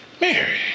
Mary